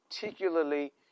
particularly